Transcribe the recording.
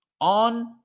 on